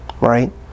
right